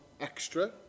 extra